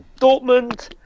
Dortmund